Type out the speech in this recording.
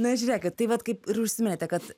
na žiūrėkit tai vat kaip ir užsiminėte kad